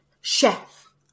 Chef